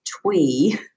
twee